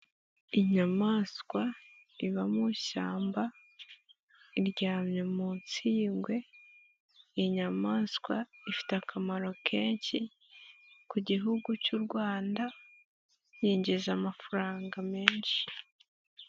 Inyamanswa iba mu ishyamba iryamye munsi y'ingwe, inyamanswa ifite akamaro kenshi ku gihugu cy'u Rwanda yinjiza amafaranga menshi.